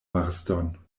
marston